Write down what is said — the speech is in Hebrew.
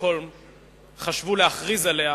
שבשטוקהולם חשבו להכריז עליה